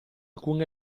alcun